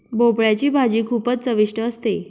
भोपळयाची भाजी खूपच चविष्ट असते